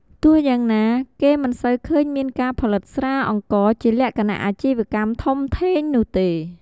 ទោះយ៉ាងណា គេមិនសូវឃើញមានការផលិតស្រាអង្ករជាលក្ខណៈអាជីវកម្មធំធេងនោះទេ។